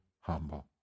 humble